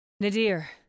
Nadir